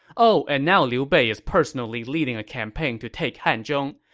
oh, and now liu bei is personally leading a campaign to take hanzhong,